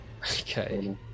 okay